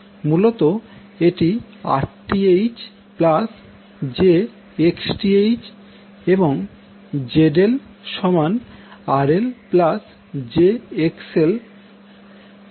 মূলত এটি Rth j Xth এবং ZL সমান RL j XL